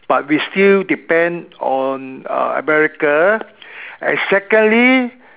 but we still depend on uh America and secondly